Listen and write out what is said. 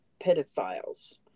pedophiles